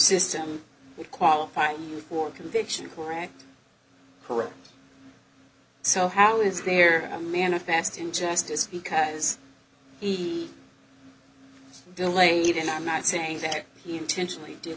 system would qualify you for conviction correct so how is there a manifest injustice because he delayed and i'm not saying that he intentionally d